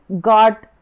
got